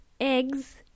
eggs